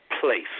place